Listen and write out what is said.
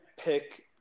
pick